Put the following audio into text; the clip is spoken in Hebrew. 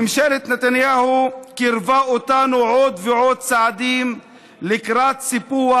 ממשלת נתניהו קירבה אותנו עוד ועוד צעדים לקראת סיפוח,